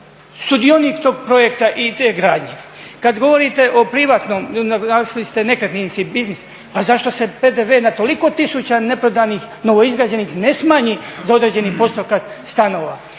sudionik tog projekta i te gradnje. Kada govorite o privatnom, naglasili ste nekretninski biznis, pa zašto se PDV na toliko tisuća neprodanih, novoizgrađenih ne smanji za određeni postotak stanova?